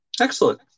Excellent